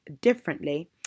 differently